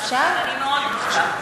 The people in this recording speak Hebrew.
אני מאוד רוצה.